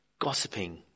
gossiping